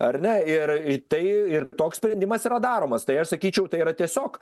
ar ne ir tai ir toks sprendimas yra daromas tai aš sakyčiau tai yra tiesiog